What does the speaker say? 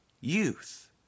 youth